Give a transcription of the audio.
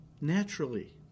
naturally